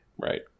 Right